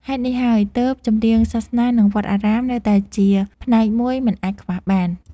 ហេតុនេះហើយ ទើបចម្រៀងសាសនា និងវត្តអារាមនៅតែជាផ្នែកមួយមិនអាចខ្វះបាន។